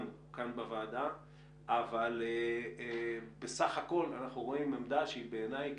בוועדה אבל בסך הכול אנחנו רואים עמדות שהן בעיניי,